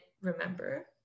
remember